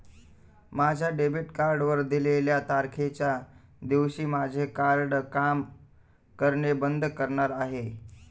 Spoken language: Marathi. माझ्या डेबिट कार्डवर दिलेल्या तारखेच्या दिवशी माझे कार्ड काम करणे बंद करणार आहे